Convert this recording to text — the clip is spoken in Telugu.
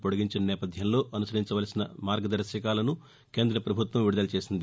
పొడిగించిన నేపథ్యంలో అనుసరించార్సిన మార్గదర్శకాలను కేంద్ర ప్రభుత్వం విడుదల చేసింది